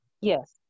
Yes